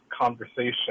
conversation